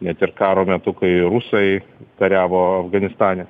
net ir karo metu kai rusai kariavo afganistane